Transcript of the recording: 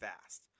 fast